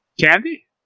Candy